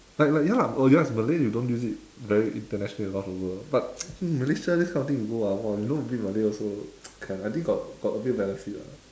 like like ya lah oh ya malay you don't use it very internationally around the world but malaysia this kind of thing you go ah !wah! you know a bit of malay also can I think got got a bit of benefit lah